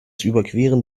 überqueren